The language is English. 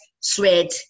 sweat